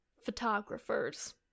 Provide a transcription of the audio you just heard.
photographers